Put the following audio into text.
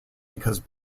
because